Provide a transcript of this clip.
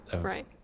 Right